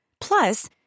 Plus